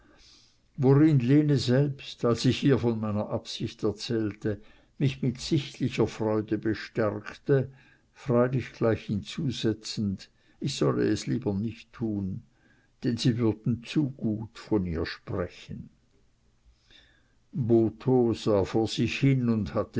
worin lene selbst als ich ihr von meiner absicht erzählte mich mit sichtlicher freude bestärkte freilich gleich hinzusetzend ich solle es lieber nicht tun denn sie würden zu gut von ihr sprechen botho sah vor sich hin und hatte